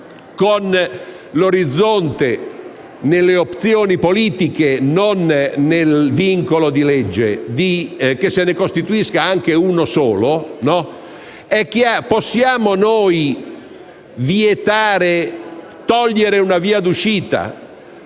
con l'orizzonte nelle opzioni politiche (ma non nel vincolo di legge) che se ne costituisca anche uno solo, possiamo noi vietare e togliere una via d'uscita